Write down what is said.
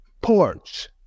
porch